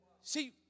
See